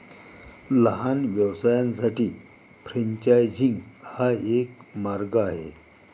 लहान व्यवसायांसाठी फ्रेंचायझिंग हा एक मार्ग आहे